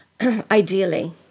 ideally